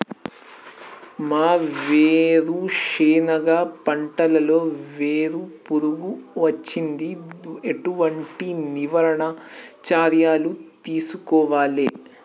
మా వేరుశెనగ పంటలలో వేరు పురుగు వచ్చింది? ఎటువంటి నివారణ చర్యలు తీసుకోవాలే?